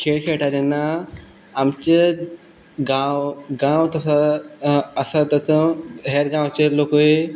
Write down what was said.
खेळ खेळटा तेन्ना आमचे गांव गांव तसो आसा तसो हेर गांवचे लोकूय